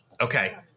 Okay